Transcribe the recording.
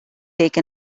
take